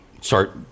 start